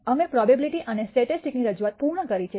અમે પ્રોબેબીલીટી અને સ્ટેટિસ્ટિક્સની રજૂઆત પૂર્ણ કરી છે